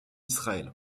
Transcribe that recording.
israël